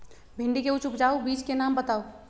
भिंडी के उच्च उपजाऊ बीज के नाम बताऊ?